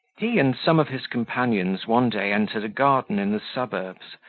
he and some of his companions one day entered a garden in the suburbs,